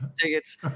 tickets